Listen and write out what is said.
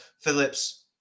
Phillips